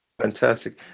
Fantastic